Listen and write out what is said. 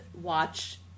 watch